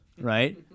Right